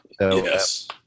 Yes